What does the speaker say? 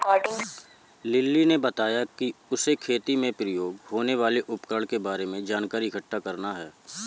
lily ने बताया कि उसे खेती में प्रयोग होने वाले उपकरण के बारे में जानकारी इकट्ठा करना है